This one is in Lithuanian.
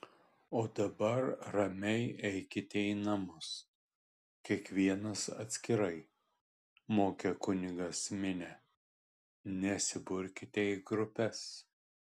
o dabar ramiai eikite į namus kiekvienas atskirai mokė kunigas minią nesiburkite į grupes